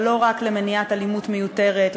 ולא רק למניעת אלימות מיותרת,